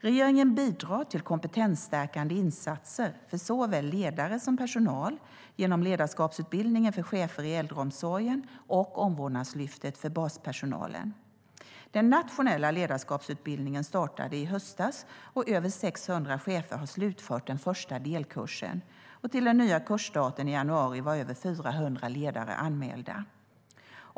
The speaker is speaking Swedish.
Regeringen bidrar till kompetensstärkande insatser för såväl ledare som personal genom ledarskapsutbildningen för chefer i äldreomsorgen och Omvårdnadslyftet för baspersonalen. Den nationella ledarskapsutbildningen startade i höstas. Över 600 chefer har slutfört den första delkursen, och till den nya kursstarten i januari var över 400 ledare anmälda.